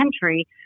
country